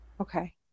okay